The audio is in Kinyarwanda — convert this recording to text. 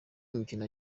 imikino